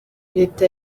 leta